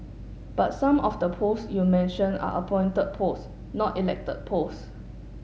but some of the post you mention are appointed post not elected post